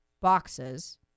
boxes